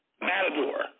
Matador